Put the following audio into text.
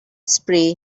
spray